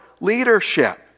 leadership